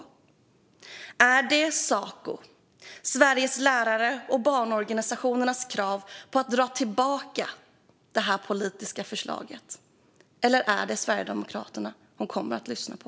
Kommer hon att lyssna på Sacos, Sveriges Lärares och barnorganisationernas krav på att dra tillbaka detta politiska förslag, eller är det Sverigedemokraterna hon kommer att lyssna på?